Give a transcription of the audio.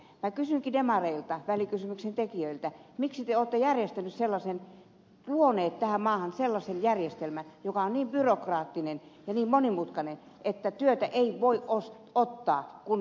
minä kysynkin demareilta välikysymyksen tekijöiltä miksi te olette luoneet tähän maahan sellaisen järjestelmän joka on niin byrokraattinen ja niin monimutkainen että työtä ei voi ottaa kunnolla vastaan